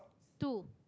two